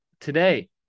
today